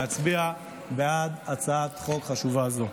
להצביע בעד הצעת חוק חשובה זו.